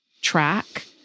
track